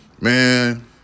man